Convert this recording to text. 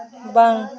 ᱵᱟᱝ